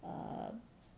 err